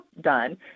done